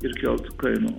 ir kelt kainų